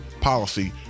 policy